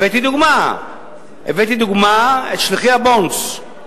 הבאתי לדוגמה את שליחי ה"בונדס".